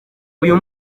uyu